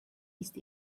ist